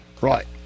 Right